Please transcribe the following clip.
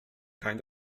kind